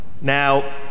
Now